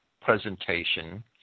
presentation